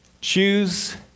choose